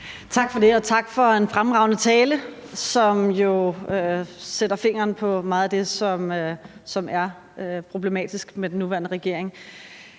Tak for det, og tak for en fremragende tale, som jo sætter fingeren på meget af det, som er problematisk med den nuværende regering.